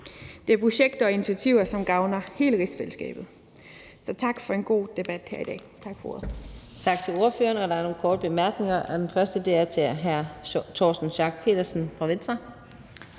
Det er projekter og initiativer, som gavner hele rigsfællesskabet. Så tak for en god debat her i dag.